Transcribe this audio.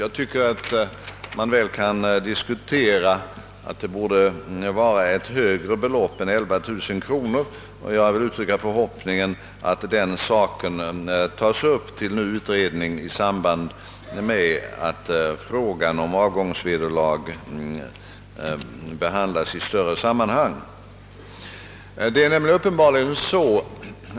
Jag tycker att man väl kan diskutera ett högre belopp än 11000 kronor och vill uttrycka förhoppningen att den saken tas upp till ny utredning i samband med att frågan om avgångsvederlag behandlas i större sammanhang.